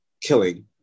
killing